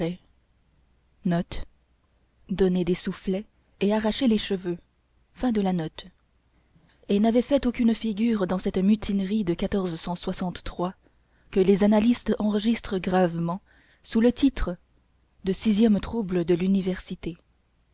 et capillos laniare et n'avait fait aucune figure dans cette mutinerie de que les annalistes enregistrent gravement sous le titre de sixième trouble de